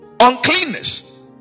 Uncleanness